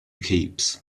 keeps